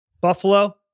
Buffalo